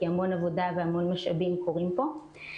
כי המון העבודה והמון משאבים מושקעים פה.